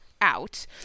out